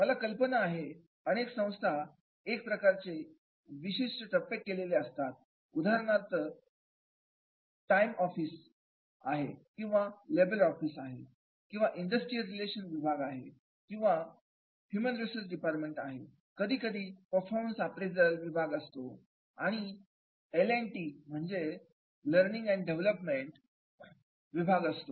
मला कल्पना आहे अनेक संस्थांमध्ये एक प्रकारचे विशिष्ट कप्पे केलेले असतात उदाहरण द्यायचं झालं तर टाइम ऑफिस आहे किंवा लेबर ऑफिस आहे इंडस्ट्रियल रिलेशन्स विभाग आहे किंवा ह्युमन रिसोर्स डिपार्टमेंट आहे कधी कधी परफॉर्मन्स अप्रेजल विभाग असतो कधी एल अंड म्हणजेच learning and development L T Learning Development विभाग असतो